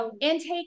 intake